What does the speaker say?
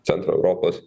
centro europos